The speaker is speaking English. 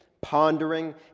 pondering